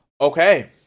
Okay